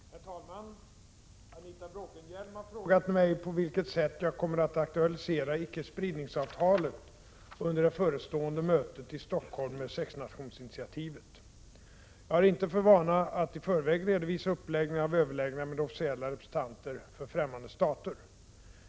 Herr talman! Anita Bråkenhielm har frågat mig på vilket sätt jag kommer att aktualisera icke-spridningsavtalet under det förestående mötet i Stockholm med sexnationsinitiativet. Jag har inte för vana att i förväg redovisa uppläggningen av överläggningar med officiella representanter för fftämmande stater.